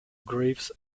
graves